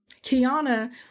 Kiana